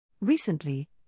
Recently